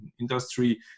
industry